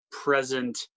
present